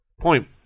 point